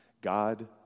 God